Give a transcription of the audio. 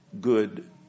good